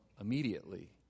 immediately